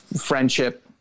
friendship